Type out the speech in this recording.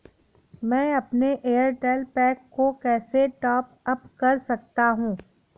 मैं अपने Airtel pack को कैसे टॉप अप कर सकता हूँ?